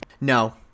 No